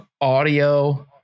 audio